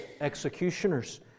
executioners